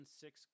six